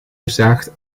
verzaagt